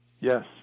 Yes